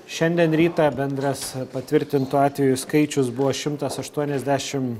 šiandien rytą bendras patvirtintų atvejų skaičius buvo šimtas aštuoniasdešim